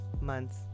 months